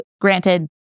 Granted